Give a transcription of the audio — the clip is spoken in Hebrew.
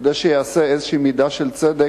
כדי שתיעשה איזו מידה של צדק,